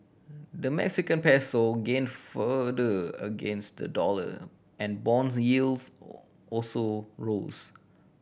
the Mexican Peso gained further against the dollar and bonds yields also rose